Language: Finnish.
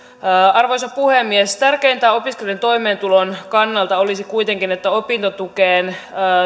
arvoisa puhemies tärkeintä opiskelijoiden toimeentulon kannalta olisi kuitenkin että opintotukeen